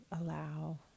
allow